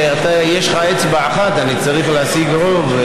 יש לך אצבע אחת ואני צריך להשיג רוב,